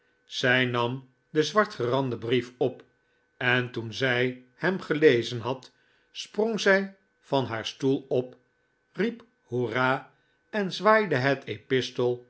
zij nam den zwartgeranden brief op en toen zij hem gelezen had sprong zij van haar stoel op riep hoera en zwaaide het epistel